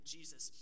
Jesus